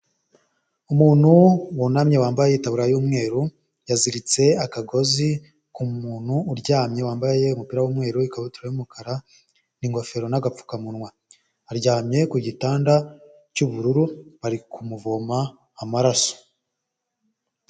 Umuntu wunamye wambaye itaburiya y'umweru yaziritse akagozi ku muntu uryamye wambaye umupira w'umweru, ikabutura y'umukara n'ingofero n'agapfukamunwa aryamye ku gitanda cy'ubururu bari kumuvoma amaraso.